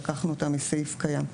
לקחנו אותה מסעיף קיים.